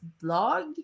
blog